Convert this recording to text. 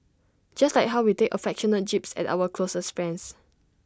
just like how we take affectionate jibes at our closest friends